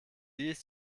ist